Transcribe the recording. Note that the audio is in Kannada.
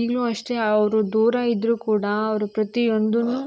ಈಗಲೂ ಅಷ್ಟೇ ಅವರು ದೂರ ಇದ್ದರೂ ಕೂಡ ಅವ್ರು ಪ್ರತಿಯೊಂದನ್ನೂ